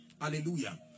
Hallelujah